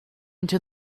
into